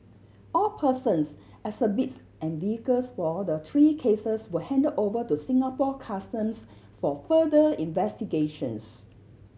all persons exhibits and vehicles for the three cases were handed over to Singapore Customs for further investigations